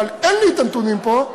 אבל אין לי הנתונים פה,